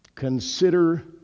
Consider